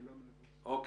אוקיי.